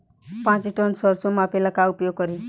पाँच टन सरसो मापे ला का उपयोग करी?